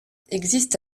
existe